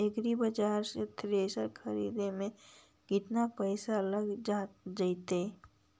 एग्रिबाजार से थ्रेसर खरिदे में केतना पैसा लग जितै?